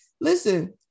listen